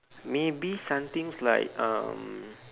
maybe something like um